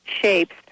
shapes